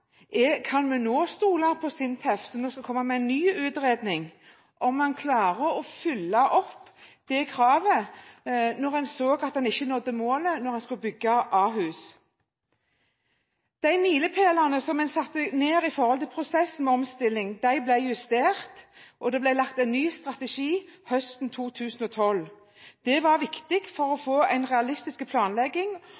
Kan vi nå stole på SINTEF, som nå skal komme med en ny utredning om en klarer å oppfylle det kravet når en har sett at en ikke nådde målet da en skulle bygge Ahus? De milepælene en satte i prosessen med omstillingen, ble justert og det ble lagt en ny strategi høsten 2012. Det var viktig for å